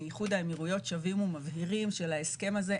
איחוד האמירויות שבים ומבהירים שלהסכם הזה,